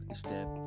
step